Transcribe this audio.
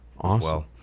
Awesome